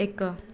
ଏକ